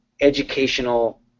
educational